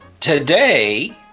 Today